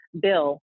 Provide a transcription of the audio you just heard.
bill